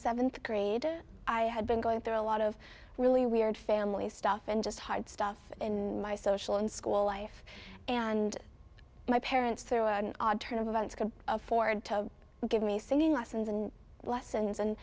seventh grade i had been going through a lot of really weird family stuff and just hide stuff and my social and school life and my parents there were odd turn of events could afford to give me singing lessons and lessons and